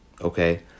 okay